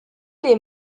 des